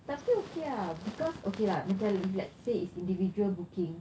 tapi okay ah because okay lah macam let's say it's individual booking